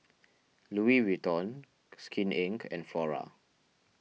Louis Vuitton Skin Inc and Flora